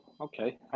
Okay